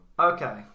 okay